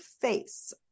face